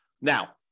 Now